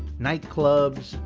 night clubs,